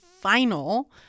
final